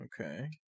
Okay